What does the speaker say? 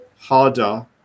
harder